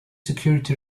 security